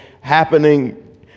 happening